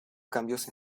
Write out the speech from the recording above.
cambios